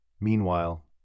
Meanwhile